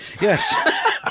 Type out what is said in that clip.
Yes